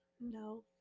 No